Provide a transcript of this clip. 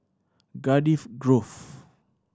Cardiff Grove